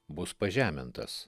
bus pažemintas